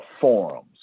forums